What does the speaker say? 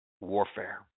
warfare